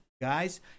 guys